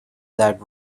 that